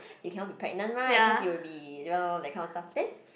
you cannot be pregnant right cause you will be you know like kind of stuff then